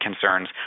concerns